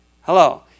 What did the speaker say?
Hello